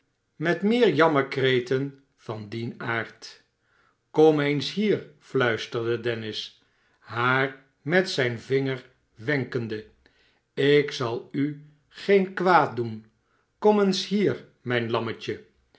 met meer jammerkreten van dien aard kom eens hier fluisterde dennis haar met zijn vmger wenkende ik zal u geen kwaad doen kom eens hier mijn lammetje